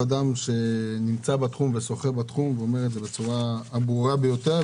אדם שנמצא בתחום ושוחה בתחום ואומר את זה בצורה הברורה ביותר,